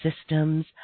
systems